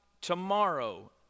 tomorrow